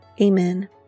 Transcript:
Amen